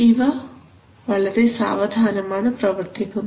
ഇവ വളരെ സാവധാനമാണ് പ്രവർത്തിക്കുന്നത്